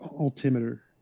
Altimeter